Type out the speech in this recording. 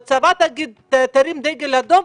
והצבא ירים דגל אדום,